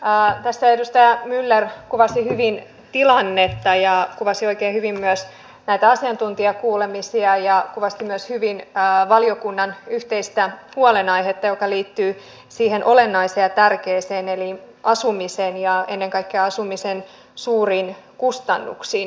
tässä edustaja myller kuvasi hyvin tilannetta ja kuvasi oikein hyvin myös näitä asiantuntijakuulemisia ja myös valiokunnan yhteistä huolenaihetta joka liittyy siihen olennaiseen ja tärkeään eli asumiseen ja ennen kaikkea asumisen suuriin kustannuksiin